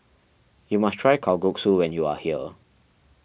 you must try Kalguksu when you are here